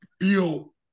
feel